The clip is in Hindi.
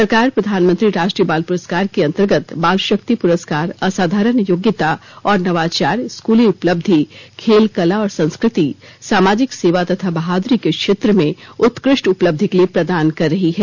सरकार प्रधानमंत्री राष्ट्रीय बाल पुरस्काार के अंतर्गत बाल शक्ति पुरस्कार असाधारण योग्यता और नवाचार स्कूली उपलब्धि खेल कला और संस्कृति सामाजिक सेवा तथा बहाद्री के क्षेत्र में उत्कृष्ट उपलब्धि के लिए प्रदान कर रही है